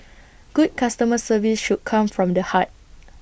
good customer service should come from the heart